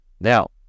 Now